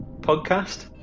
podcast